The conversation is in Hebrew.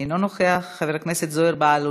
אינו נוכח, חבר הכנסת זוהיר בהלול,